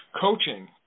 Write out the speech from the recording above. coaching